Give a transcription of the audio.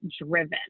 driven